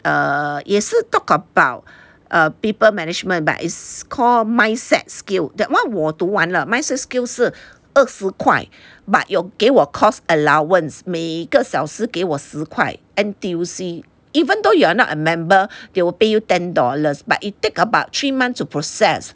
err 也是 talk about err people management but it's called mindsets skill that one 我读完了 mindset skill 是二十块 but 有给我 course allowance 每一个小时给我十块 N_T_U_C even though you are not a member they will pay you ten dollars but it take about three months to process